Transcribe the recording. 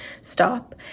stop